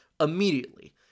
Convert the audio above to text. immediately